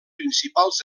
principals